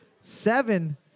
seven